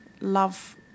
love